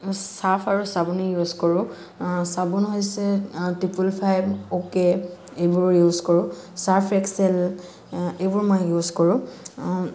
surf আৰু চাবোনে use কৰো চাবোন হৈছে ত্ৰিপুল ফাইভ অ'কে এইবোৰ ইউজ কৰো চাৰ্ফ এক্সেল এইবোৰ মই ইউজ কৰো